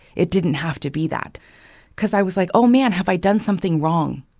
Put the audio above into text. it didn't have to be that because i was like, oh man. have i done something wrong?